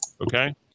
okay